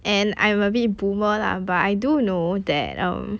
and I'm a bit boomer lah but I do know that um